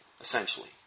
essentially